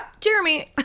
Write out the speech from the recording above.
Jeremy